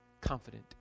confident